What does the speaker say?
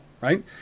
Right